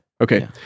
Okay